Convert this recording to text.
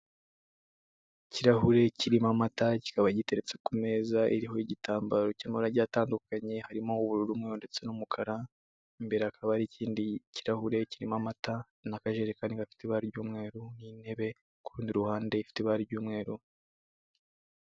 KIkirahure kirimo amata, kikaba giteretse ku meza iriho igitambaro cy'amarage agiye atandukanye, harimo ubururu umweru ndetse n'umukara, imbere hakaba hari ikindi kirahure kirimo amata n'akajerikani gafite ibara ry'umweru, n'intebe ku rundi ruhande ifite ibara ry'umweru.